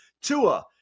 Tua